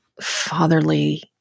fatherly